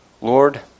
Lord